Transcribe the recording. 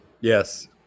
Yes